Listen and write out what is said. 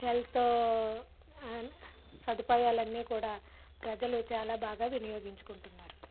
health and సదుపాయాలు అన్ని కూడా ప్రజలు చాలా బాగా వినియోగించుకుంటున్నారు